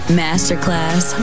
masterclass